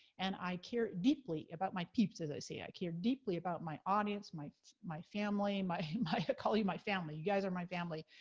and i care deeply about my peeps, as i say, i care deeply about my audience, my my family, um i call you my family, you guys are my family.